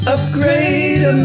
Upgrade